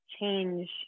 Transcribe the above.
change